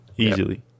easily